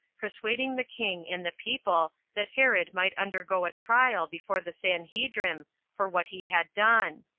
persuading the king and the people that herod might undergo a trial before the sanhedrim for what he had done.